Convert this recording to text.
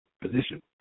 position